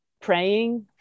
praying